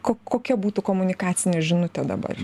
ko kokia būtų komunikacinė žinutė dabar